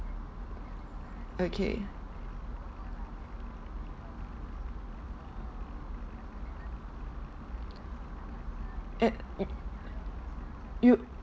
okay at y~ you